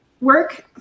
work